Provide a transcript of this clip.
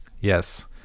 Yes